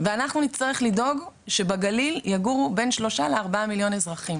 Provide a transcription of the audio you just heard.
ואנחנו נצטרך לדאוג שבגליל יגורו בין 3 ל- 4 מיליון אזרחים,